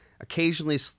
occasionally